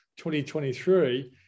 2023